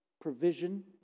provision